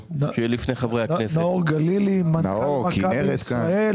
נאור גלילי, מנכ"ל מכבי ישראל.